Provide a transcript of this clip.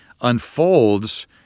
unfolds